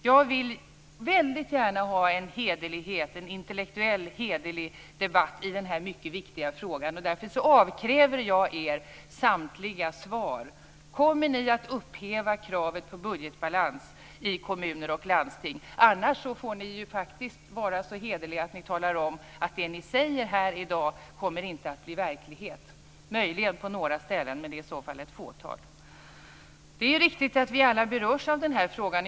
Jag vill väldigt gärna ha en hederlighet, en intellektuell hederlig debatt i den här mycket viktiga frågan. Därför avkräver jag er samtliga svar: Kommer ni att upphäva kravet på budgetbalans i kommuner och landsting? Annars får ni faktiskt vara så hederliga att ni talar om att det ni säger här i dag inte kommer att bli verklighet - möjligen på några ställen, men det är i så fall ett fåtal. Det är riktigt att vi alla berörs av den här frågan.